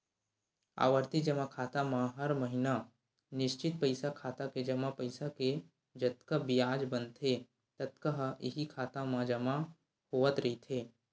आवरती जमा खाता म हर महिना निस्चित पइसा खाता के जमा पइसा के जतका बियाज बनथे ततका ह इहीं खाता म जमा होवत रहिथे